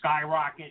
skyrocket